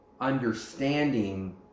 understanding